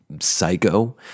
psycho